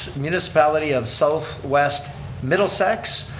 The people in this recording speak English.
municipality of southwest middlesex.